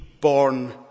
born